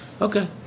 Okay